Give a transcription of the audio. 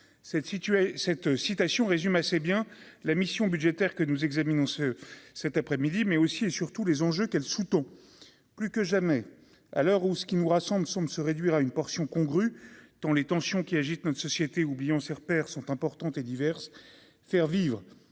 cette citation résume assez bien la mission budgétaire que nous examinons ce cet après-midi, mais aussi et surtout les enjeux qu'elle ton plus que jamais à l'heure où ce qui nous rassemble, semble se réduire à une portion congrue, tant les tensions qui agitent notre société oublions ces repères sont importantes et diverses faire vivre